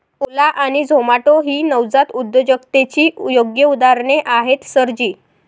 ओला आणि झोमाटो ही नवजात उद्योजकतेची योग्य उदाहरणे आहेत सर जी